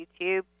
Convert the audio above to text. YouTube